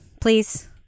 please